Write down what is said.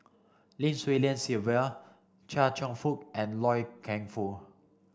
Lim Swee Lian Sylvia Chia Cheong Fook and Loy Keng Foo